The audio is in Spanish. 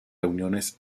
reuniones